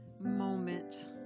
moment